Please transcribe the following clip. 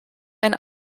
ein